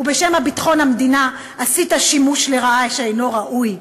ובשם ביטחון המדינה עשית שימוש לרעה שאינו ראוי.